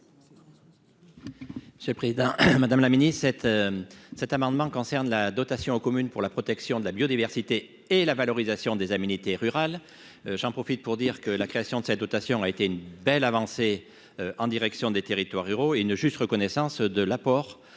C'est président madame la Ministre cet cet amendement concerne la dotation aux communes pour la protection de la biodiversité et la valorisation des militer rural j'en profite pour dire que la création de cette dotation a été une belle avancée en direction des territoires ruraux et une juste reconnaissance de l'apport